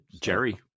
jerry